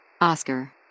Oscar